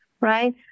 right